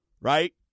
Right